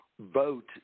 Vote